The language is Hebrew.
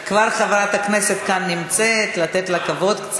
חברת הכנסת כבר נמצאת כאן, לתת לה קצת כבוד.